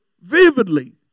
vividly